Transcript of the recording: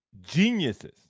geniuses